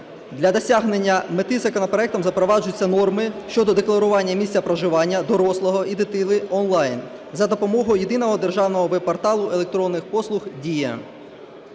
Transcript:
Для досягнення мети законопроектом запроваджуються норми щодо декларування місця проживання дорослого і дитини онлайн за допомогою єдиного державного веб-порталу електронних послуг "Дія".